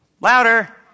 Louder